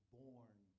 born